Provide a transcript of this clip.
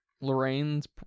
lorraine's